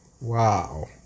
Wow